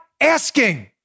asking